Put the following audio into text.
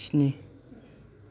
स्नि